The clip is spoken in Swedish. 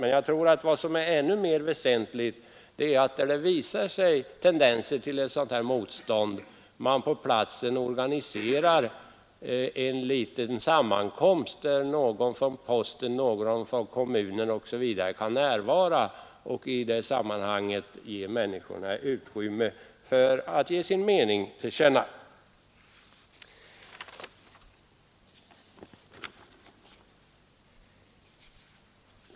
Men jag tror att vad som är ännu mer väsentligt är att man, när tendenser till sådant här motstånd visar sig, på platsen organiserar en liten sammankomst, där någon från posten, någon från kommunen osv. kan närvara och där människorna får tillfälle att ge sin mening till känna.